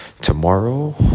tomorrow